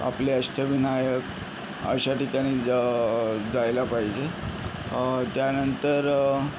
आपले अष्टविनायक अशा ठिकाणी ज जायला पाहिजे त्यानंतर